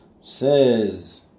says